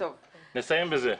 נסיים בזה.